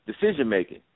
decision-making